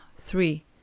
three